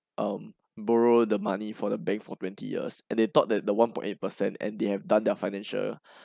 um borrow the money for the bank for twenty years and they thought that the one point eight percent and they have done their financial